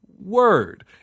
word